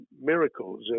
miracles